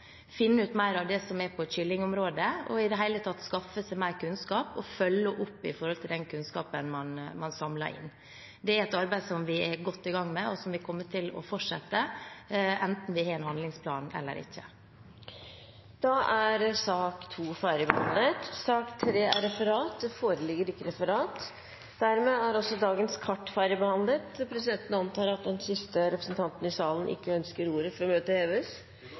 finne ut mer av det som er på kyllingområdet, i det hele tatt å skaffe seg mer kunnskap og følge opp den kunnskapen man samler inn. Det er et arbeid som vi er godt i gang med, og som vi kommer til å fortsette enten det er en handlingsplan eller ikke. Da er sak nr. 2 ferdigbehandlet. Det foreligger ikke noe referat. Dermed er dagens kart ferdigbehandlet. Presidenten antar at den siste representanten i salen ikke ønsker ordet før møtet heves?